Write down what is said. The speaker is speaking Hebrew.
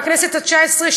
הכנסת התשע-עשרה,